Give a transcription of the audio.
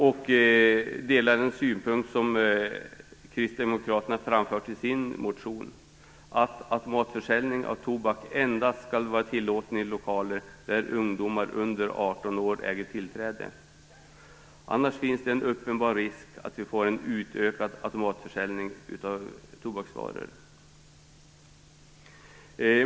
Vi delar den synpunkt som Kristdemokraterna framfört i sin motion, nämligen att automatförsäljning av tobak endast skall vara tillåten i lokaler där ungdomar under 18 år icke äger tillträde. Annars finns det en uppenbar risk att vi får en utökad automatförsäljning av tobaksvaror.